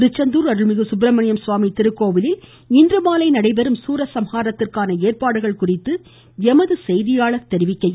திருச்செந்தூர் அருள்மிகு சுப்பிரமணியசுவாமி திருக்கோவிலில் இன்றுமாலை நடைபெறும் சூரசம்ஹாரத்திற்கான ஏற்பாடுகள் குறித்து செய்தியாளள் தெரிவிக்கையில்